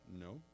no